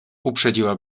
uprzedziła